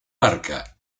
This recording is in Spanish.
barca